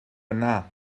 yna